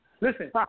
Listen